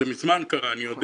אני יודע